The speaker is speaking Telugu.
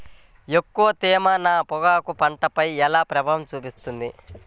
ఎక్కువ తేమ నా పొగాకు పంటపై ఎలా ప్రభావం చూపుతుంది?